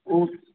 ओ